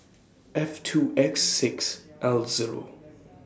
F two X six L Zero